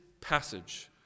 passage